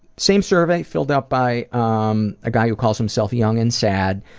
same survey, filled out by um a guy who calls himself young and sad.